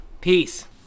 Peace